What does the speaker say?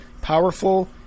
powerful